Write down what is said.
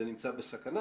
זה נמצא בסכנה.